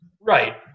right